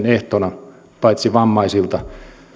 ehtona kaikilta alaikäisiltä paitsi vammaisilta